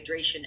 hydration